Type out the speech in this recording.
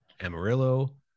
Amarillo